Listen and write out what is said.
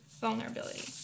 vulnerability